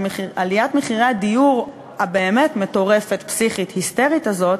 שעליית מחירי הדיור הבאמת מטורפת-פסיכית-היסטרית הזאת